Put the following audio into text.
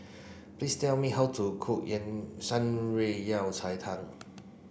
please tell me how to cook Shan Rui Yao Cai Tang